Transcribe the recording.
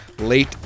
Late